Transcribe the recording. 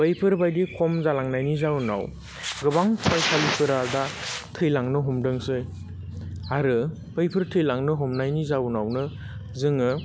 बैफोरबायदि खम जालांनायनि जाउनाव गोबां फरायसालिफोरा दा थैलांनो हमदोंसै आरो बैफोर थैलांनो हमनायनि जाउनावनो जोङो